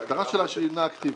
ההגדרה שלה שהיא אינה אקטיבית.